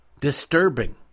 Disturbing